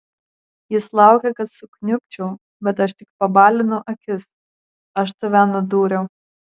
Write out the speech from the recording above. jis laukia kad sukniubčiau bet aš tik pabalinu akis aš tave nudūriau